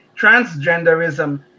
Transgenderism